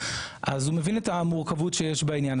אז הוא מבין את המורכבות שיש בעניין,